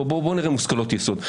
בואו נראה מושכלות יסוד.